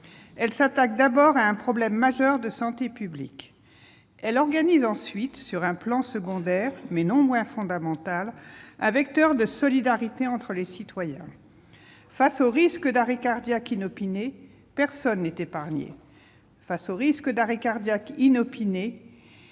elle s'attaque d'abord à un problème majeur de santé publique ; elle organise ensuite, sur un plan secondaire, mais non moins fondamental, un vecteur de solidarité entre les citoyens. Face au risque d'arrêt cardiaque inopiné, personne n'est épargné. Face au risque d'arrêt cardiaque inopiné,